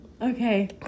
Okay